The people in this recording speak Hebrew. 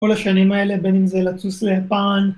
כל השנים האלה בין אם זה לטוס ליפן